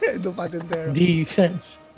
Defense